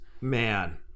Man